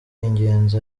ingenzi